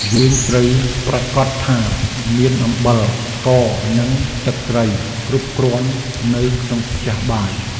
យើងត្រូវប្រាកដថាមានអំបិល ស្ករ និងទឹកត្រីគ្រប់គ្រាន់នៅក្នុងផ្ទះបាយ។